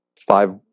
five